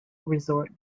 resort